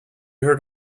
heard